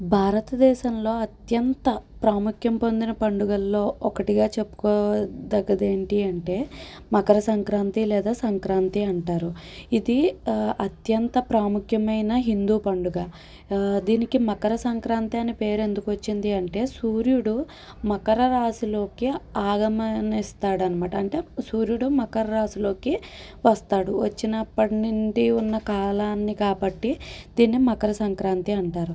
భారతదేశంలో అత్యంత ప్రాముఖ్యం పొందిన పండుగల్లో ఒకటిగా చెప్పుకోదగ్గది ఏంటి అంటే మకర సంక్రాంతి లేదా సంక్రాంతి అంటారు ఇది అత్యంత ప్రాముఖ్యమైన హిందూ పండుగ దీనికి మకర సంక్రాంతి అని పేరు ఎందుకొచ్చింది అంటే సూర్యుడు మకర రాశిలోకి ఆగమనేస్తాడనమాట అంటే సూర్యుడు మకర రాశిలోకి వస్తాడు వచ్చినప్పటి నుండి ఉన్న కాలాన్ని కాబట్టి దీన్ని మకర సంక్రాంతి అంటారు